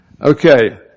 Okay